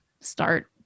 start